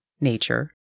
nature